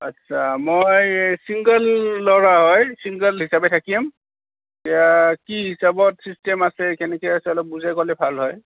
আচ্ছা মই চিংগল ল'ৰা হয় চিংগল হিচাবে থাকিম এতিয়া কি হিচাবত চিষ্টেম আছে কেনেকৈ আছে অলপ বুজাই ক'লে ভাল হয়